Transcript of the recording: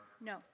No